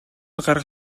гарах